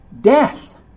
death